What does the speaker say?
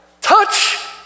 touch